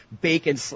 Bacon